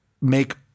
make